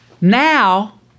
Now